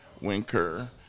Winker